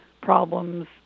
problems